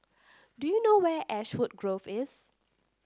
do you know where Ashwood Grove is